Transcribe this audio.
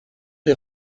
des